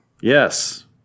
Yes